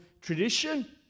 tradition